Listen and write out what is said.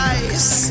ice